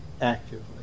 actively